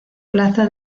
plaza